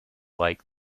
like